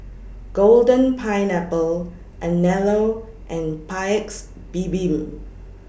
Golden Pineapple Anello and Paik's Bibim